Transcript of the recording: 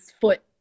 foot